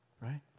right